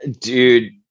dude